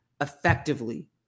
effectively